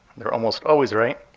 they're almost always right.